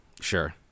Sure